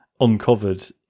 uncovered